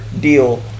deal